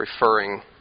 referring